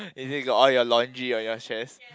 is it got all your laundry on your chairs